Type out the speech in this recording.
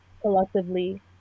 collectively